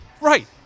Right